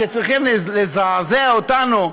שצריכים לזעזע אותנו,